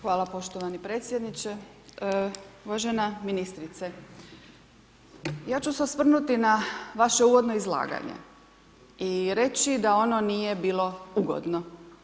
Hvala poštovani predsjedniče, uvažena ministrice, ja ću se osvrnuti na vaše uvodno izlaganje i reći da ono nije bilo ugodno.